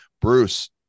bruce